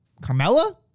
Carmella